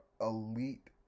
elite